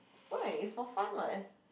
why it's for fun [what]